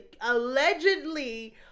allegedly